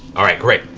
all right, great.